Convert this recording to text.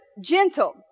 gentle